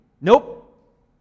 Nope